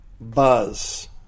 Buzz